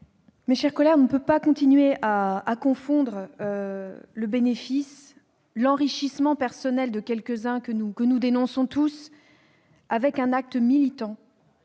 Mes chers collègues, on ne peut pas continuer à confondre le bénéfice, l'enrichissement personnel de quelques-uns, que nous dénonçons tous, avec un acte militant,